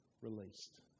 released